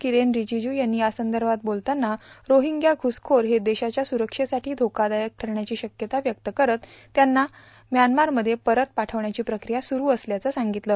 किरेब रिजिजू यांनी यासंदर्भात बोलताना रोठिंण्या घुससोर हे देशाच्या सुरक्षेसाठी धोकादायक ठरण्याची शक्यता व्यक्त करत त्यांना म्यांमारमध्ये परत पाठवण्याची प्रक्रिया सुरू असल्याचं सांगितलं